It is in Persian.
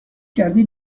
کردی